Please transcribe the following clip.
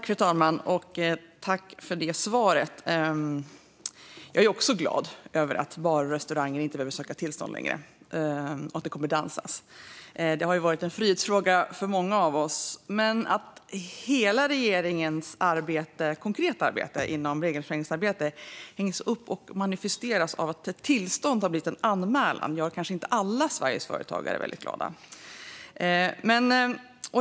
Fru talman! Jag tackar för svaret. Jag är också glad att barer och restauranger inte längre behöver söka tillstånd och att det kommer att dansas. Det har varit en frihetsfråga för många av oss. Men att regeringens hela, konkreta arbete på regelförenklingsområdet hängs upp på och manifesteras av att ett tillstånd har blivit till en anmälan gör kanske inte alla Sveriges företagare väldigt glada.